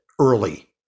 early